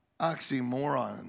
oxymoron